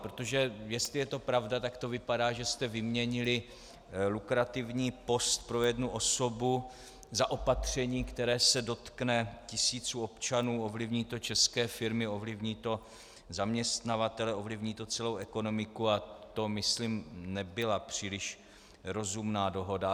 Protože jestli je to pravda, tak to vypadá, že jste vyměnili lukrativní post pro jednu osobu za opatření, které se dotkne tisíců občanů, ovlivní to české firmy, ovlivní to zaměstnavatele, ovlivní to celou ekonomiku, a to, myslím, nebyla příliš rozumná dohoda.